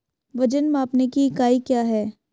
वजन मापने की इकाई क्या है?